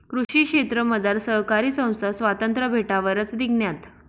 कृषी क्षेत्रमझार सहकारी संस्था स्वातंत्र्य भेटावरच निंघण्यात